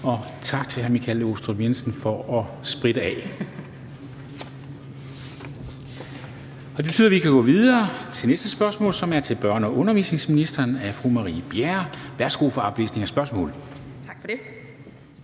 Og tak til hr. Michael Aastrup Jensen for at spritte af. Det betyder, at vi kan gå videre til næste spørgsmål, som er til børne- og undervisningsministeren af fru Marie Bjerre. Kl. 13:43 Spm. nr. S 580 7) Til børne-